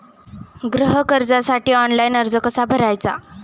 गृह कर्जासाठी ऑनलाइन अर्ज कसा भरायचा?